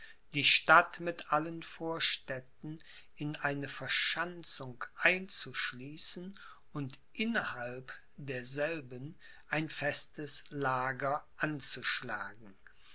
die stadt mit allen vorstädten in eine verschanzung einzuschließen und innerhalb derselben ein festes lager anzuschlagen